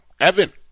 Evan